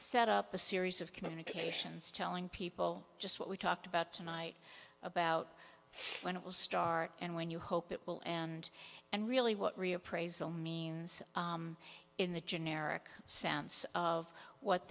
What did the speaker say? set up a series of communications telling people just what we talked about tonight about when it will start and when you hope it will and and really what reappraisal means in the generic sense of what